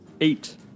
Eight